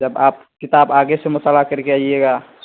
جب آپ کتاب آگے سے مطالعہ کر کے آئیے گا